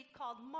called